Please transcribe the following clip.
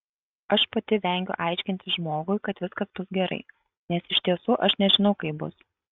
aš pati vengiu aiškinti žmogui kad viskas bus gerai nes iš tiesų aš nežinau kaip bus